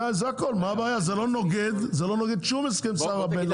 זה לא נוגד שום הסכם סחר בין-לאומי.